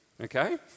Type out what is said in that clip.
okay